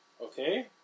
Okay